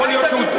יכול להיות שהוא,